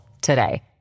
today